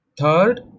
third